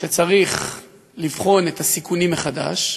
שצריך לבחון את הסיכונים מחדש,